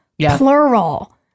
Plural